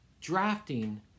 drafting